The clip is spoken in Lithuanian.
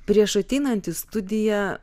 prieš ateinant į studiją